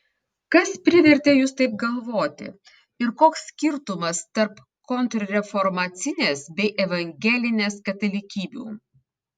kas privertė jus taip galvoti ir koks skirtumas tarp kontrreformacinės bei evangelinės katalikybių